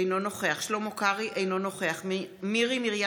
אינו נוכח שלמה קרעי, אינו נוכח מירי מרים רגב,